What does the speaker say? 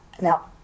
Now